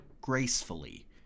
gracefully